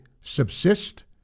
subsist